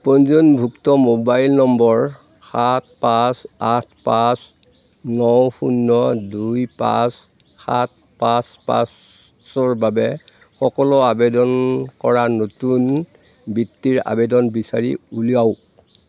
পঞ্জীয়নভুক্ত mobile number সাত পাঁচ আঠ পাঁচ ন শূন্য দুই পাঁচ সাত পাঁচ পাঁচ পাঁচৰ বাবে সকলো আবেদন কৰা নতুন বৃত্তিৰ আবেদন বিচাৰি উলিয়াওঁক